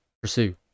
Pursue